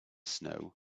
snow